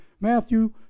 Matthew